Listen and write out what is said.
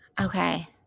Okay